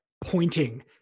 pointing